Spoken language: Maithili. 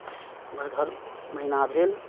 वएह भरि महीना भेल